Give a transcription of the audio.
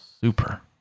Super